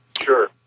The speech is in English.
Sure